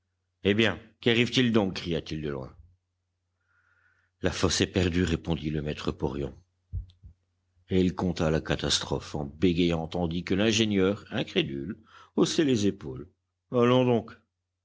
eh bien qu'arrive-t-il donc cria-t-il de loin la fosse est perdue répondit le maître porion et il conta la catastrophe en bégayant tandis que l'ingénieur incrédule haussait les épaules allons donc